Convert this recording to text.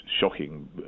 shocking